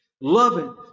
loving